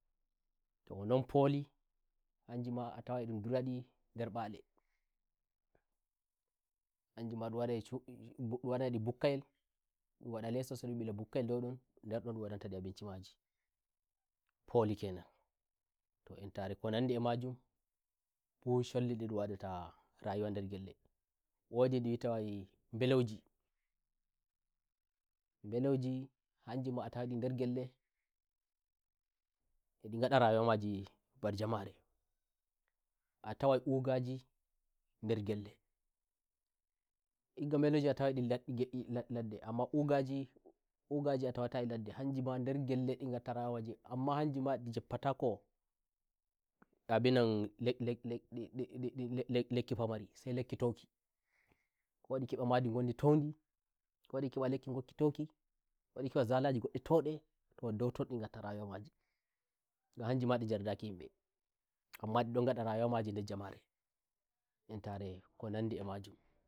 toh non poli hanji ma atawai e ndum dura ndi nder mbalehanjima ndum wadaindi bukkayel ndum wanda les sai ndum wadan ta ndi abinci maji poli kenanto entare ko nandi a majunfu sholli nde ndun wadata rayuwa nder gelle wondi ndi wita wai mbeloujimbelouji hanjima atawai ndi nder gelle a ndi ganda rayuwa maji mba jamarea tawai mbugaji nder gelleigga mbelouji a tawai ndi "nlad nge nladde" amma bugajimbugaji a tawa tandi nladde hanjima nder gelle ndi gatta rayuwa majiamma hanjima ndi deppatako "le le le le lekki pamari" sai lekki toukiko ndi ke mba mandi gon ndi toundi ko ndi ke mba lekki wokki touki ko ndi keba zalaji ngondi toukitoh douton nde gatta rayuwa maje ngan hamjema nde njardaki yimbeamma ndi ndon gada rayuwa maji nder yimbeentare ko nan ndi e majun